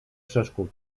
przeszkód